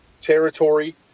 territory